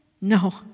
No